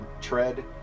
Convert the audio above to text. tread